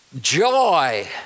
joy